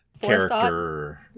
character